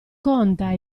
conta